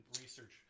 research